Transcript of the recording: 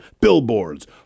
billboards